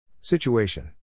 Situation